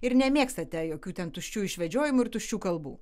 ir nemėgstate jokių ten tuščių išvedžiojimų ir tuščių kalbų